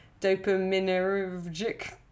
dopaminergic